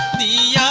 the